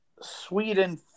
Sweden